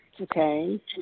Okay